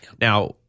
now